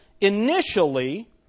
initially